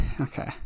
okay